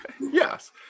Yes